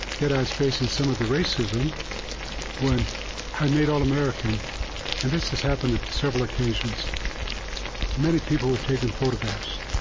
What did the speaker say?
yet i was facing some of the racism when i made all-american and this has happened at several occasions many people were taking photographs,